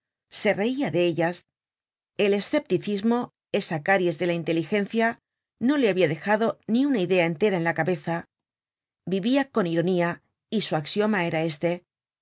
se reia de ellas el escepticismo esa caries dela inteligencia no le habia dejado ni una idea entera en la cabeza vivia con ironía y su axioma era este